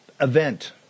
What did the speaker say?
event